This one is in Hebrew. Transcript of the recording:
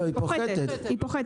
כן, היא הולכת פוחתת.